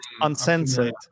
Uncensored